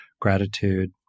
gratitude